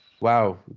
wow